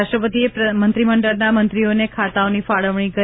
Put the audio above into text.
રાષ્ટ્રપતિએ મંત્રીમંડળના મંત્રીઓને ખાતાઓની ફાળવણી કરી